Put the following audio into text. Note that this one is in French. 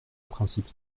principe